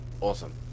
Awesome